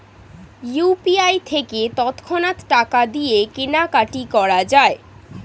UPI থেকে তৎক্ষণাৎ টাকা দিয়ে কেনাকাটি করা যায়